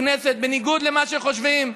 בניגוד למה שחושבים,